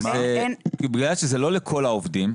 זה לא לכל העובדים.